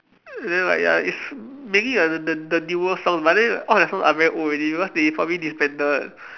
then like ya it's mainly the the the newer songs but then all their songs are very old already because they probably disbanded